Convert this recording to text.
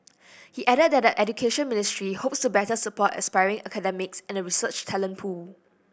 he added that the Education Ministry hopes to better support aspiring academics and the research talent pool